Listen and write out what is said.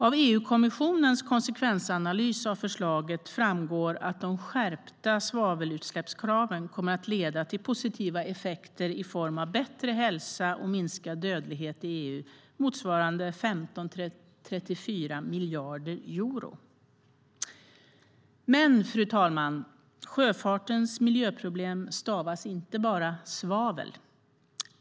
Av EU-kommissionens konsekvensanalys av förslaget framgår att de skärpta svavelutsläppskraven kommer att leda till positiva effekter i form av bättre hälsa och minskad dödlighet i EU motsvarande 15-34 miljarder euro. Men, fru talman, sjöfartens miljöproblem stavas inte bara svavel.